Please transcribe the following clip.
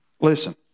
Listen